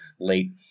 late